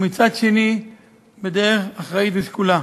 ומצד שני בדרך אחראית ושקולה,